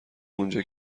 اونجا